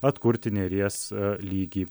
atkurti neries lygį